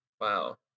Wow